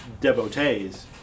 devotees